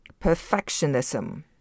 Perfectionism